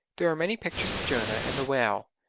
there are many pictures of jonah and the whale,